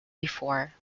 before